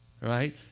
right